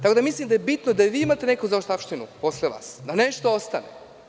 Tako da, mislim da je bitno da i vi imate neku zaostavštinu posle vas, da nešto ostane.